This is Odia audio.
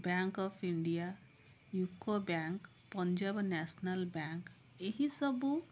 bank of India UCO bank Punjab national bank ଏହିସବୁ